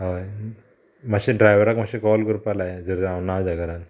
हय मातशें ड्रायवराक मात्शें कॉल करपा लाया जर हांव ना जाल्यार घरान